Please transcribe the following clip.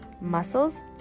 muscles